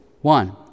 One